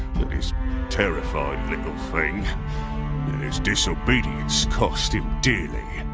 this terrified little thing. and his disobedience cost him dearly.